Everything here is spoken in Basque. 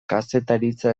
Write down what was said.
kazetaritza